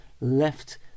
left